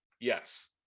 yes